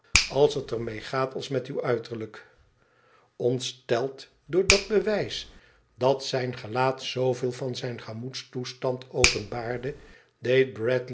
als het er mee gaat als met uw uiterlijk ontsteld door dat bewijs dat zijn gelaat zooveel van zijn gemoedstoestand openbaarde deed